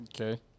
Okay